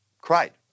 cried